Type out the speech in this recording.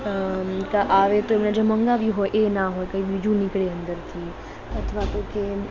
અં ક આવે તો એમણે જે મંગાવ્યું હોય એ ના હોય કંઇ બીજું નીકળે અંદરથી અથવા તો કે